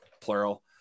plural